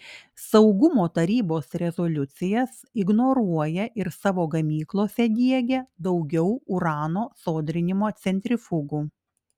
saugumo tarybos rezoliucijas ignoruoja ir savo gamyklose diegia daugiau urano sodrinimo centrifugų